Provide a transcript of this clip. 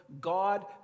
God